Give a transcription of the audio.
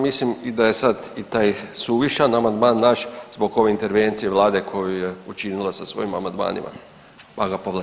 Mislim i da je sad i taj suvišan amandman naš zbog ove intervencije vlade koju je učinila sa svojim amandmanima, pa ga povlačim.